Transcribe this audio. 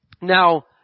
Now